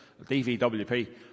DVWP